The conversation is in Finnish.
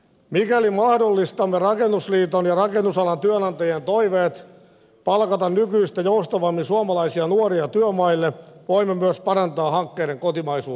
mikäli mahdollistamme rakennusliiton ja rakennusalan työnantajien toiveet palkata nykyistä joustavammin suomalaisia nuoria työmaille voimme myös parantaa hankkeiden kotimaisuusastetta